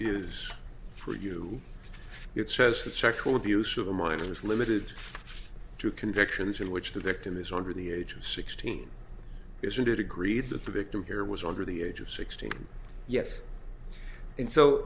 is for you it says that sexual abuse of the minors limited to convictions in which the victim is under the age of sixteen isn't it agreed that the victim here was under the age of sixteen yes and so